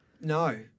No